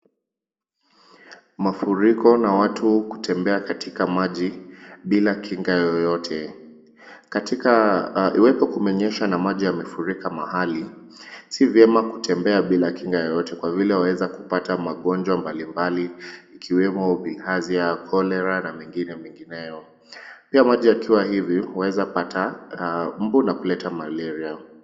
Mafuriko na watu kutembea katika maji bila kinga yoyote. Iwepo kumenyesha na maji yamefurika mahali, si vyema kutembea bila kinga yoyote kwa vile waweza kupata magonjwa mbalimbali ikiwemo bilharzia, cholera na mengine mengineyo. Pia maji yakiwa hivi wawezapata mbu na kuleta Malaria.